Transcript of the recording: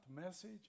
message